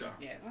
Yes